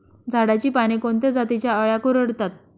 झाडाची पाने कोणत्या जातीच्या अळ्या कुरडतात?